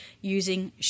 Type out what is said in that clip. using